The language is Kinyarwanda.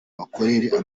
bakorera